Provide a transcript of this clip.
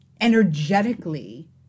energetically